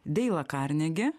deilą karnegį